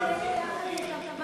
יחד עם תמר